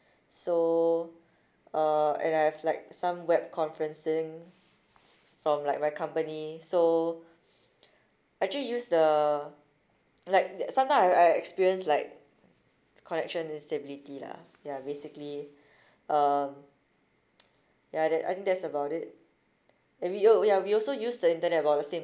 so uh and I have like some web conferencing from like my company so I actually use the like sometimes I I experience like connection instability lah ya basically um ya that I think that's about it maybe yo~ ya we also use the internet about the same